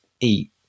eat